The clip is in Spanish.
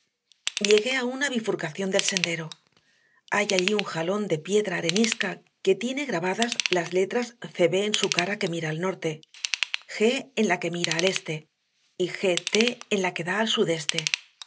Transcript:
llegué a una bifurcación del sendero hay allí un jalón de piedra arenisca que tiene grabadas las letras c b en su cara que mira al norte g en la que mira al este y g t en la que da al sudeste